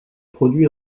produit